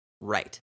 Right